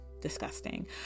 disgusting